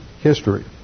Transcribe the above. history